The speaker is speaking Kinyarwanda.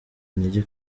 intege